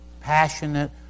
passionate